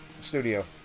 Studio